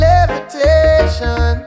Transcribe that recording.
Levitation